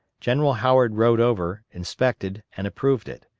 general howard rode over, inspected, and approved it.